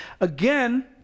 Again